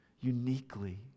uniquely